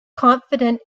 confident